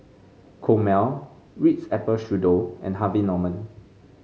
Chomel Ritz Apple Strudel and Harvey Norman